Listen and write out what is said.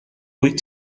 wyt